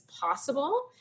possible